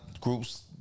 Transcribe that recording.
groups